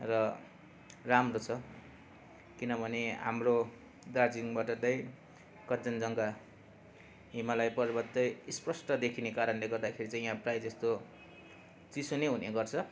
र राम्रो छ किनभने हाम्रो दार्जिलिङबाट दै कञ्चनजङ्घा हिमालय पर्वत चाहिँ स्पष्ट देखिने कारणले गर्दाखेरि चाहिँ यहाँ प्रायः जस्तो चिसो नै हुने गर्छ